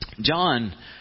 John